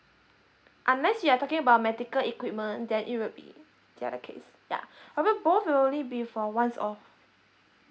unless you are talking about medical equipment then it will be the other case yeah however both will only be for once off